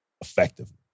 effectively